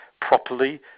properly